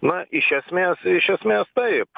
na iš esmės iš esmės taip